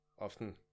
often